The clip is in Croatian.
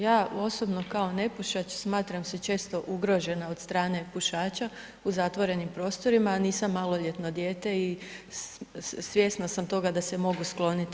Ja osobno kao nepušač smatram se često ugrožena od strane pušača u zatvorenim prostorima a nisam maloljetno dijete i svjesna sam toga da se mogu skloniti.